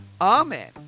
Amen